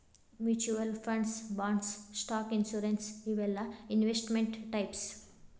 mutual funds bonds stock insurance ಇವೆಲ್ಲಾ investment types